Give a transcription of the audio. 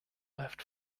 left